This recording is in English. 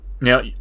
Now